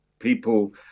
people